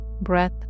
breath